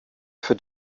für